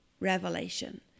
revelation